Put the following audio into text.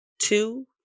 two